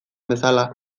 bezala